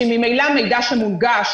שממילא מידע שמונגש,